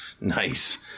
Nice